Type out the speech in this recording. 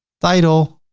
title.